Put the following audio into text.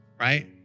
right